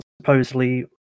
supposedly